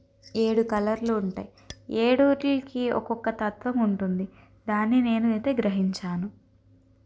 ఏడు కలర్లు ఉంటాయి ఏడిట్టికి ఒక్కొక్క తత్వం ఉంటుంది దాన్ని నేను అయితే గ్రహించాను